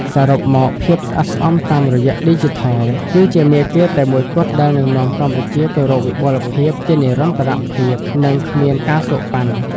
សរុបមក "ភាពស្អាតស្អំតាមរយៈឌីជីថល" គឺជាមាគ៌ាតែមួយគត់ដែលនឹងនាំកម្ពុជាទៅរកវិបុលភាពជានិរន្តរភាព និងគ្មាន ការសូកប៉ាន់។